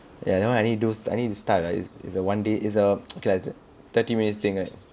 ya that [one] I need do I need to start err is it is a one day okay lah is a thirty minutes thing right